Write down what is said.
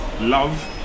love